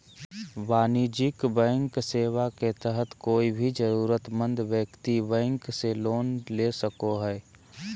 वाणिज्यिक बैंकिंग सेवा के तहत कोय भी जरूरतमंद व्यक्ति बैंक से लोन ले सको हय